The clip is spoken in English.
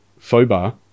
foobar